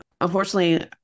Unfortunately